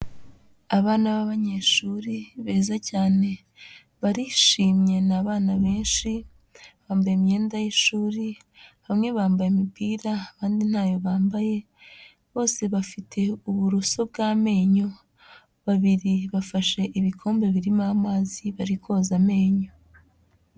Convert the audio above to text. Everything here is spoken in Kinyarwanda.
Abana b'abanyeshuri beza cyane barishimye ni abana benshi bambaye imyenda y'ishuri bamwe bambaye imipira, abandi ntayo bambaye bose bafite uburuso bw'amenyo, babiri bafashe ibikombe birimo amazi bari koza amenyo.